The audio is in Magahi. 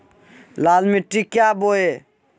लाल मिट्टी क्या बोए?